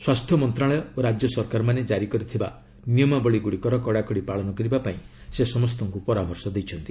ସ୍ୱାସ୍ଥ୍ୟ ମନ୍ତ୍ରଣାଳୟ ଓ ରାଜ୍ୟସରକାରମାନେ ଜାରି କରିଥିବା ନିୟମାବଳୀଗୁଡ଼ିକର କଡ଼ାକଡ଼ି ପାଳନ କରିବା ପାଇଁ ସେ ସମସ୍ତଙ୍କୁ ପରାମର୍ଶ ଦେଇଛନ୍ତି